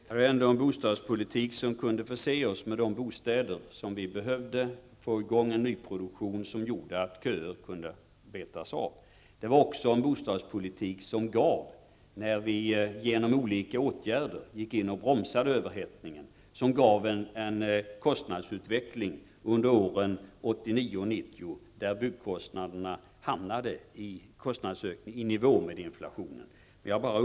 Fru talman! Det var en bostadspolitik som kunde förse oss med de bostäder som vi behövde och få i gång en nyproduktion som gjorde att köer kunde betas av. När regeringen genom olika åtgärder gick in och bromsade överhettningen gav bostadspolitiken också en kostnadsutveckling under åren 1989--1990 som innebar att kostnadsökningen för byggandet hamnade i nivå med inflationen.